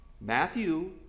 Matthew